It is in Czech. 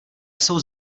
jsou